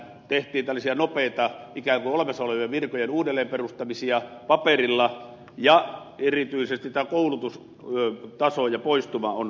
tehtiin tällaisia nopeita ikään kuin olemassa olevien virkojen uudelleen perustamisia paperilla ja erityisesti tämä koulutustaso ja poistuma on hallitsematta